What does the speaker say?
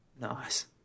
Nice